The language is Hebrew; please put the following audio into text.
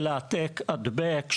של העתק הדבק,